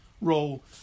role